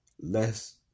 less